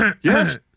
Yes